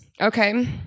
Okay